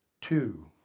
Two